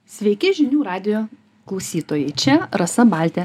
sveiki žinių radijo klausytojai čia rasa baltė